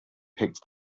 picked